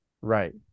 Right